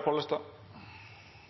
tilbakemeldinger.